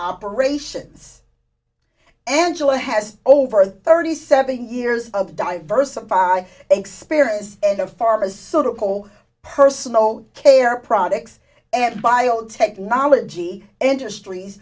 operations angela has over thirty seven years of diversified experience and a pharmaceutical personal care products and biotechnology industries